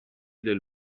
del